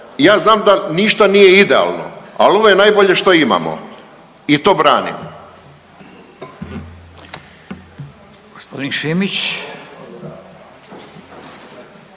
ja znam da ništa nije idealno, ali ovo je najbolje što imamo. I to branim.